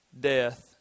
death